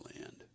land